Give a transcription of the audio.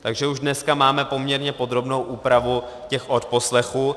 Takž už dneska máme poměrně podrobnou úpravu odposlechů.